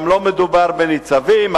גם לא מדובר בניצבים.